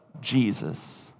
Jesus